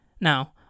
Now